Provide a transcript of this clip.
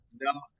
No